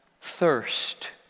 thirst